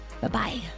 Bye-bye